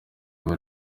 ibi